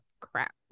crap